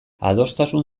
adostasun